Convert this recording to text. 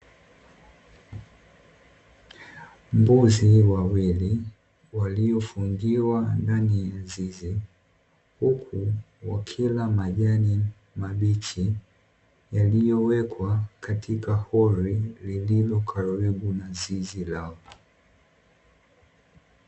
Mbuzi wawili waliofungiwa ndani ya zizi, huku wakila majani mabichi yaliyowekwa katika holi lililo karibu na zizi lao.